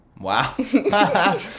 wow